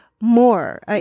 more